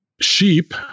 sheep